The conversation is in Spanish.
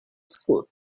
school